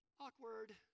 Awkward